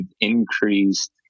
increased